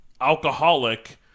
alcoholic